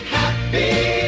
happy